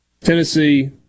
Tennessee